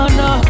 no